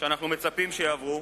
שאנחנו מצפים שיעברו.